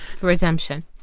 Redemption